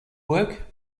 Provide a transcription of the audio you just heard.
work